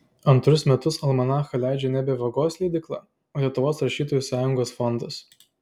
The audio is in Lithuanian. antrus metus almanachą leidžia nebe vagos leidykla o lietuvos rašytojų sąjungos fondas